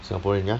singaporean ya